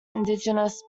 indigenous